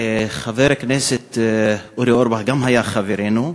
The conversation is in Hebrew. חבר הכנסת אורי אורבך היה גם חברנו,